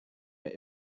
mir